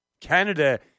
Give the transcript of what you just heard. Canada